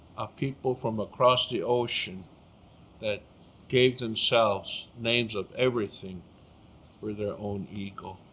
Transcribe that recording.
of people from across the ocean that gave themselves names of everything for their own ego.